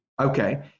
Okay